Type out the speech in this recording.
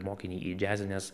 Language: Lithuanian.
mokinį į džiazines